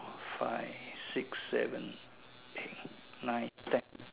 five six seven eight nine ten